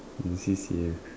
in C_C_A